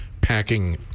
packing